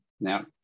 Now